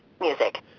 Music